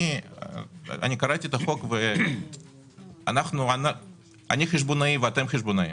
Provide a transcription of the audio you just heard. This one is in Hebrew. אני קראתי את החוק ואני חשבונאי ואתם חשבונאים,